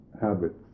habits